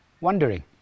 wondering